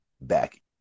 back